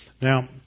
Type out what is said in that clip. Now